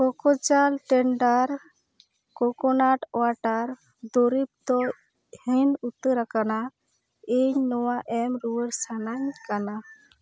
Cocojal tender coconut water ᱫᱩᱨᱤᱵᱽ ᱫᱚ ᱦᱮᱝ ᱩᱛᱟᱹᱨ ᱟᱠᱟᱱᱟ ᱤᱧ ᱱᱚᱣᱟ ᱮᱢ ᱨᱩᱣᱟᱹᱲ ᱥᱟᱱᱟᱧ ᱠᱟᱱᱟ